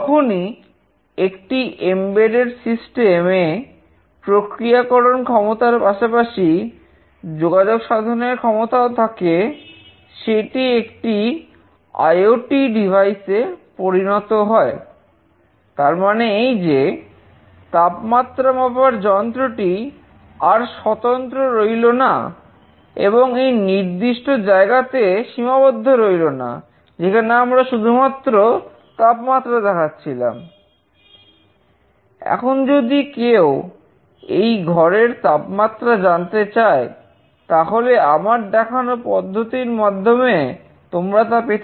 যখনই একটি embedded system আদান প্রদানে সক্ষম করে তোলে